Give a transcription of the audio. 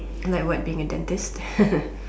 like what being a dentist